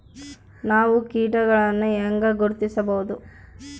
ನಾವು ಕೇಟಗಳನ್ನು ಹೆಂಗ ಗುರ್ತಿಸಬಹುದು?